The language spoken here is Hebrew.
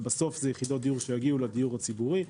אבל בסוף זה יחידות דיור שיגיעו לדיור הציבורי,